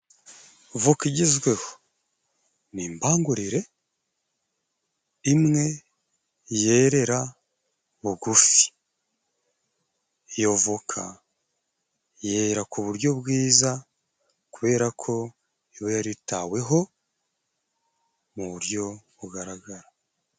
Voka igezweho ni imbangurire, imwe yerera bugufi. Iyo voka yera ku buryo bwiza kubera ko iba yaritaweho mu buryo bugaragara.